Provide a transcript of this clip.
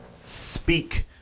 speak